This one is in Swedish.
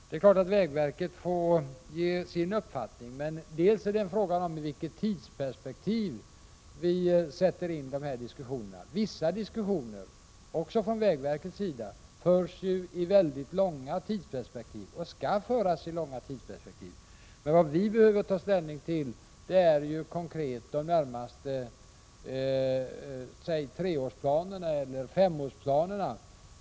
Vägverket får givetvis uttrycka sin uppfattning, men det är också en fråga om i vilket tidsperspektiv vi sätter in de här diskussionerna. Vissa diskussioner förs ju, också av vägverket, i långa tidsperspektiv, och skall föras i långa tidsperspektiv, men vad regeringen behöver ta ställning till när vi konkret beslutar om olika objekt är de närmaste treeller femårsplanerna.